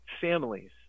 families